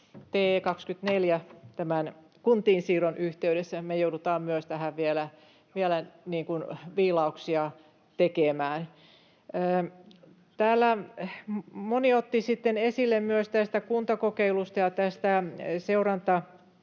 2024:n, tämän kuntiin siirron, yhteydessähän me joudutaan myös tähän vielä viilauksia tekemään. Täällä moni otti sitten esille myös kuntakokeilusta ja seuranta- ja